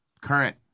current